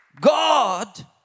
God